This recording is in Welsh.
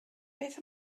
beth